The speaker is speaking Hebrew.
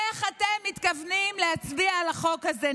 איך אתם מתכוונים להצביע נגד החוק הזה,